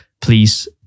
please